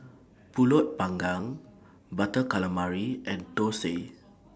Pulut Panggang Butter Calamari and Thosai